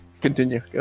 Continue